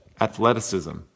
athleticism